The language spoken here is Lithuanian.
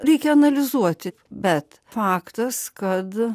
reikia analizuoti bet faktas kad